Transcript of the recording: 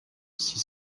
six